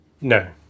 No